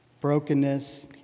brokenness